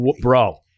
bro